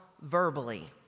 verbally